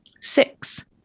Six